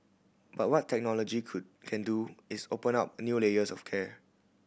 but what technology could can do is open up new layers of care